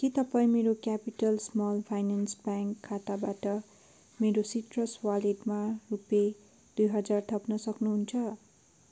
के तपाईँ मेरो क्यापिटल स्मल फाइनान्स ब्याङ्क खाताबाट मेरो सिट्रस वालेटमा रुपियाँ दुई हजार थप्न सक्नुहुन्छ